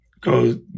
go